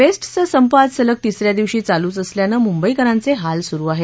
बेस्टचा संप आज सलग तिसऱ्या दिवशी चालूच असल्यानं मुंबईकरांचे हाल सुरु आहेत